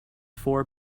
four